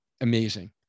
amazing